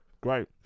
Great